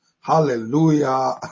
hallelujah